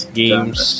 games